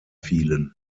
fielen